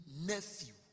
nephew